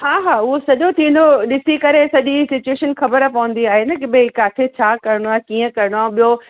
हा हा उओ सॼो थी वेंदो ॾिसी करे सॼी सिचुएशन खबर पवंदी आहे न की भई किथे छा करिणो आहे कीअं करिणो आहे ॿियो जेको